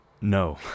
No